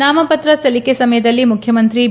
ನಾಮಪತ್ರ ಸಲ್ಲಿಕೆ ಸಮಯದಲ್ಲಿ ಮುಖ್ಯಮಂತ್ರಿ ಬಿ